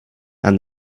and